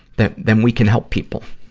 that then we can help people.